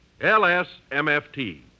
L-S-M-F-T